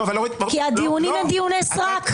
כי הדיונים הם דיוני סרק.